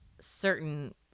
certain